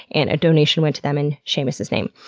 and a donation went to them in seamus's name.